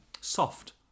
soft